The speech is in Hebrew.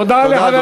תודה, אדוני.